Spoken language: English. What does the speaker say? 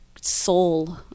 Soul